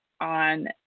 on